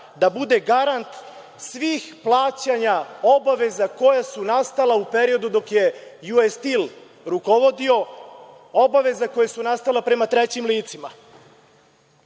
da bude garant svih plaćanja obaveza koje su nastale u periodu dok je „US Steel“ rukovodio, obaveze koje su nastale prema trećim licima. Danas